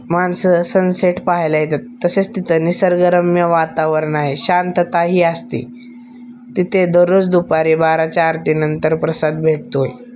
माणसं सनसेट पाहायला येतात तसेच तिथं निसर्गरम्य वातावरण आहे शांतताही असते तिथे दररोज दुपारी बाराच्या आरतीनंतर प्रसाद भेटतो आहे